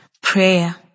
Prayer